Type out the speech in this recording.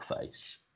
face